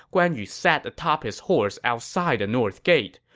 guan yu sat atop his horse outside the north gate.